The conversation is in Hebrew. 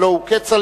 הלוא הוא כצל'ה,